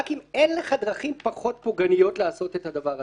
רק אם אין לך דרכים פחות פוגעניות לעשות את הדבר הזה.